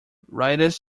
riders